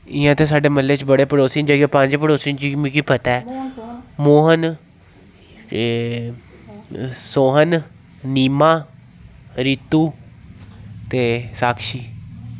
इ'यां ते साड्डे म्हल्ले च बड़े पड़ोसी न जेह्के पंज पड़ोसी न जिगी मिकी पता ऐ मोहन सोहन नीमां रीतु ते साक्षी